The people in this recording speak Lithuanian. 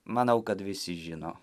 manau kad visi žino